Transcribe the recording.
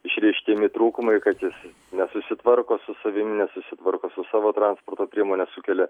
išreiškiami trūkumai kad jis nesusitvarko su savim nesusitvarko su savo transporto priemone sukelia